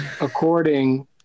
according